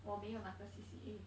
我没有那个 C_C_A